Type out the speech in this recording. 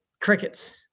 crickets